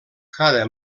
cada